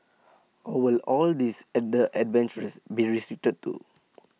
or will all these other adventures be restricted too